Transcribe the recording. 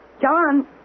John